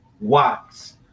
Watts